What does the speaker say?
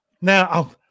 now